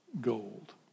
gold